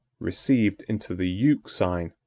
received into the euxine,